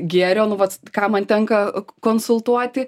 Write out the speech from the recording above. gėrio nu vat ką man tenka konsultuoti